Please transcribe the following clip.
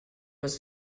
was